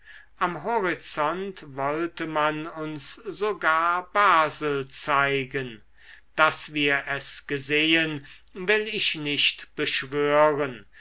am horizont wollte man uns sogar basel zeigen daß wir es gesehen will ich nicht beschwören